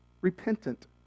repentant